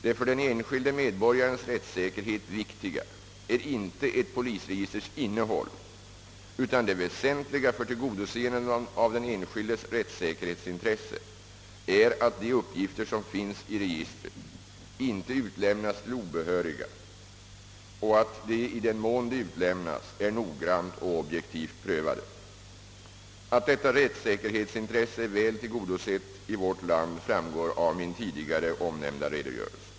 Det för den enskilde medborgarens rättssäkehet viktiga är inte ett polisregisters innehåll, utan det väsentliga för tillgodoseende av den enskildes rättssäkerhetsintresse är att de uppgifter som finns i registret inte utlämnas till obehöriga och att de, i den mån de utlämnas, är noggrant och objektivt prövade. Att detta rättssäkerhetsintresse är väl tillgodosett i vårt land framgår av min tidigare omnämnda redogörelse.